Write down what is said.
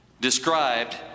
described